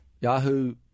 Yahoo